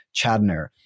chadner